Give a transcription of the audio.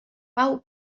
pau